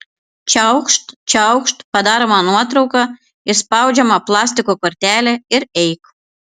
čiaukšt čiaukšt padaroma nuotrauka išspaudžiama plastiko kortelė ir eik